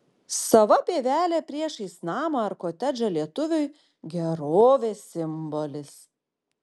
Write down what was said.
sava pievelė priešais namą ar kotedžą lietuviui gerovės simbolis